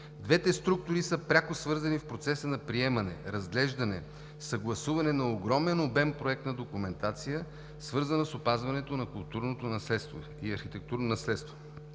Двете структури са пряко свързани в процеса на приемане, разглеждане, съгласуване на огромен обем проектна документация, свързана с опазването на културното и архитектурното наследство.